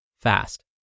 fast